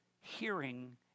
hearing